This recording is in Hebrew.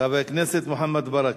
חבר הכנסת מוחמד ברכה,